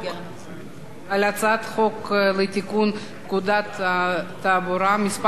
לתיקון פקודת התעבורה (מס' 108),